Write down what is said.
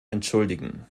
entschuldigen